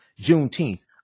Juneteenth